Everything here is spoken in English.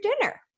dinner